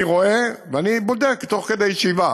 אני רואה ואני בודק תוך כדי ישיבה